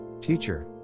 Teacher